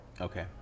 Okay